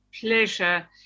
pleasure